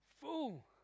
fool